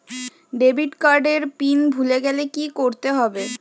Debit card এর PIN ভুলে গেলে কি করতে হবে?